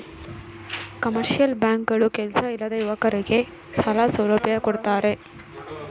commercial bank ಗಳು ಕೆಲ್ಸ ಇಲ್ಲದ ಯುವಕರಗೆ ಸಾಲ ಸೌಲಭ್ಯ ಕೊಡ್ತಾರೆ